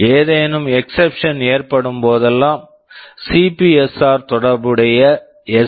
ஏதேனும் exception exception ஏற்படும் போதெல்லாம் சிபிஎஸ்ஆர் CPSR தொடர்புடைய எஸ்